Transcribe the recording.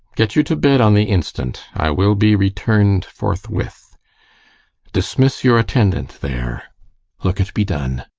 get you to bed on the instant i will be returned forthwith dismiss your attendant there look't be done.